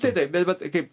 tai taip bet bet kaip